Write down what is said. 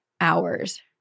hours